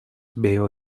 veo